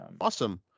Awesome